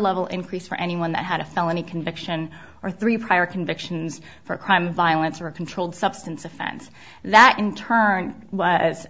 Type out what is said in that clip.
level increase for anyone that had a felony conviction or three prior convictions for a crime of violence or a controlled substance offense that in turn has